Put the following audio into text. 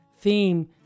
theme